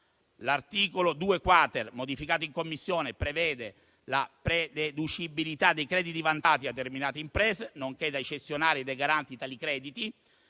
L'articolo 2-*quater*, modificato in Commissione, prevede la prededucibilità dei crediti vantati da determinate imprese, nonché dai cessionari dei garanti tali crediti,